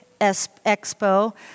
expo